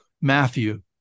Matthew